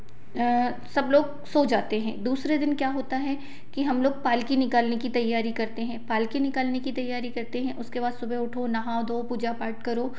आ सब लोग सो जाते हैं दूसरे दिन क्या होता है कि हम लोग पालकी निकालने की तैयारी करते हैं पालकी निकालने की तईयारी करते हैं उसके बाद सुबह उठो नहाओ धो पूजा पाठ करो